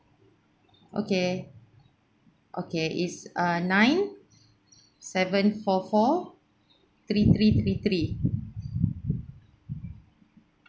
okay okay is uh nine seven four four three three three three